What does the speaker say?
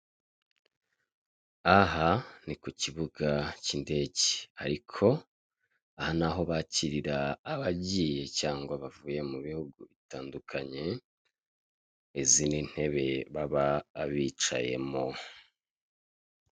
Aha ni ku kibuga k'indege ariko aha ni aho bakirira abagiye cyangwa bavuye mu bihugu bitandukanye, izi ni intebe baba bicayemo.